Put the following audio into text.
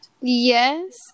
yes